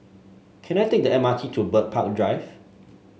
can I take the M R T to Bird Park Drive